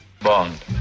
Bond